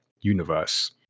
universe